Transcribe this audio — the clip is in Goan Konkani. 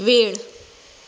वेळ